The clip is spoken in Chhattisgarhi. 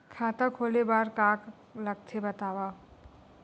खाता खोले बार का का लगथे बतावव?